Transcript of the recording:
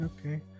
okay